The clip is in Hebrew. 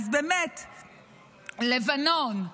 לבנון,